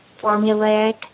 formulaic